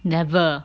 never